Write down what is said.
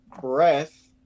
breath